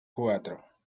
cuatro